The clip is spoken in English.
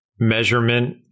measurement